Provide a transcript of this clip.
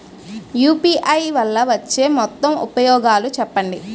UPI వల్ల వచ్చే మొత్తం ఉపయోగాలు చెప్పండి?